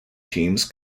teams